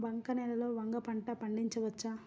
బంక నేలలో వంగ పంట పండించవచ్చా?